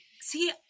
see